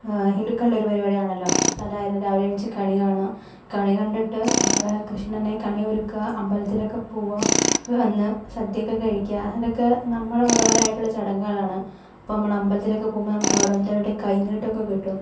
ഹിന്ദുക്കളുടെ ഒരു പരിപാടിയാണല്ലോ സാധാരണ രാവിലെ എണീച്ച് കണി കാണുക കണി കണ്ടിട്ട് ഞങ്ങൾ കൃഷ്ണനെ കണി ഒരുക്കുക അമ്പലത്തിലൊക്കെ പോവുക വന്ന് സദ്യയൊക്കെ കഴിക്കുക അതൊക്കെ നമ്മുടെ മതപരമായിട്ടുള്ള ചടങ്ങുകളാണ് അപ്പോൾ നമ്മൾ അമ്പലത്തിലക്കെ പോകുമ്പോൾ നമുക്കവിടുന്നെല്ലാവരുടേയും കൈനീട്ടമൊക്കെ കിട്ടും